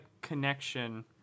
connection